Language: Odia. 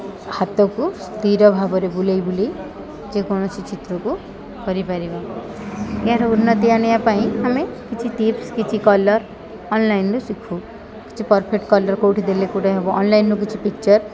ହାତକୁ ସ୍ଥିର ଭାବରେ ବୁଲେଇ ବୁଲେଇ ଯେକୌଣସି ଚିତ୍ରକୁ କରିପାରିବ ଏହାର ଉନ୍ନତି ଆଣିବା ପାଇଁ ଆମେ କିଛି ଟିପ୍ସ କିଛି କଲର୍ ଅନ୍ଲାଇନ୍ରୁୁ ଶିଖୁ କିଛି ପର୍ଫେକ୍ଟ କଲର୍ କେଉଁଠି ଦେଲେ କେଉଁଠି ହେବ ଅନ୍ଲାଇନ୍ରୁ କିଛି ପିକ୍ଚର୍